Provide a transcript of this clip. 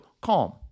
CALM